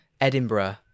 Edinburgh